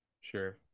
Sure